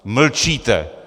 Mlčíte!